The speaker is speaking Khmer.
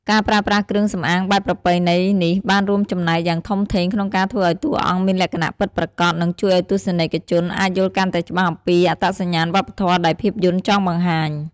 ការប្រើប្រាស់គ្រឿងសំអាងបែបប្រពៃណីនេះបានរួមចំណែកយ៉ាងធំធេងក្នុងការធ្វើឱ្យតួអង្គមានលក្ខណៈពិតប្រាកដ និងជួយឱ្យទស្សនិកជនអាចយល់កាន់តែច្បាស់អំពីអត្តសញ្ញាណវប្បធម៌ដែលភាពយន្តចង់បង្ហាញ។